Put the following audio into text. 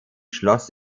schloss